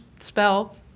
spell